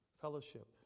fellowship